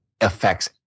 affects